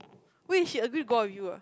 wait she agree go out with you ah